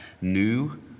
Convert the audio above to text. new